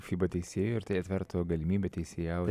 fiba teisėju ir tai atvertų galimybę teisėjaut